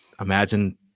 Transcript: imagine